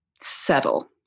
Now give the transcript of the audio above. settle